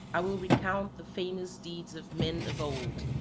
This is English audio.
i will recount the famous deeds of men of old,